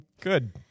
Good